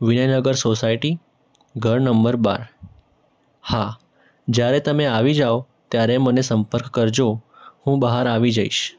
Vijaynagar society ઘર નંબર બાર હા જ્યારે તમે આવી જાવ ત્યારે મને સંપર્ક કરજો હું બહાર આવી જઇશ